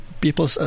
people